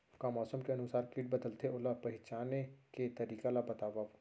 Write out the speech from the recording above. का मौसम के अनुसार किट बदलथे, ओला पहिचाने के तरीका ला बतावव?